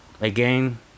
again